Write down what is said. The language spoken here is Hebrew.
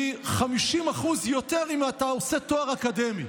היא 50% יותר אם אתה עושה תואר אקדמי,